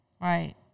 Right